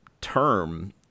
term